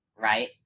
right